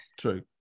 true